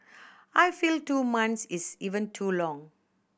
I feel two months is even too long